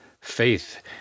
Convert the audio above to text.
Faith